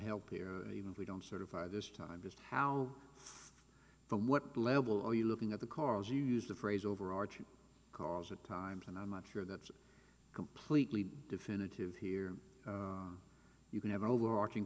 help here even if we don't sort of by this time just how from what level you're looking at the cars you used the phrase overarching cause at times and i'm not sure that's completely definitive here you can have an overarching